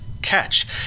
catch